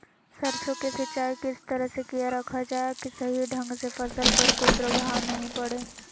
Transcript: सरसों के सिंचाई किस तरह से किया रखा जाए कि सही ढंग से फसल पर कोई प्रभाव नहीं पड़े?